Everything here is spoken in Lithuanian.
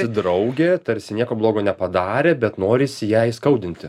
draugė tarsi nieko blogo nepadarė bet norisi ją įskaudinti